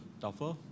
tougher